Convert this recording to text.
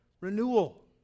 renewal